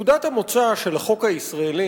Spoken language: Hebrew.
נקודת המוצא של החוק הישראלי